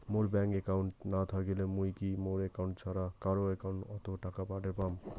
মোর bank account না থাকিলে মুই কি মোর একাউন্ট ছাড়া কারো একাউন্ট অত টাকা পাঠের পাম?